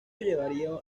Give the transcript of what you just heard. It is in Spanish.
llevaría